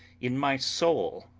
in my soul,